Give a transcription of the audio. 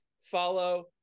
follow